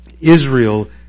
Israel